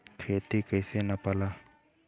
खेत कैसे नपाला?